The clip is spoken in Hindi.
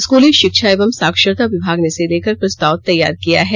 स्कूली शिक्षा एवं साक्षरता विभाग ने इसे लेकर प्रस्ताव तैयार किया है